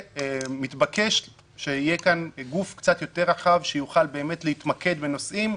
מתבקש שיהיה כאן גוף קצת יותר רחב שיוכל באמת להתמקד בנושאים,